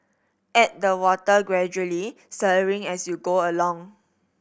add the water gradually stirring as you go along